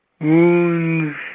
wounds